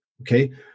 okay